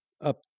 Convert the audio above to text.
up